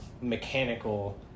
mechanical